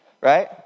Right